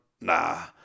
nah